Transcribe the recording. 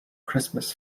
christmas